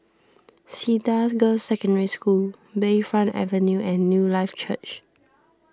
Cedar Girls' Secondary School Bayfront Avenue and Newlife Church